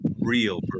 real